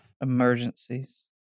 emergencies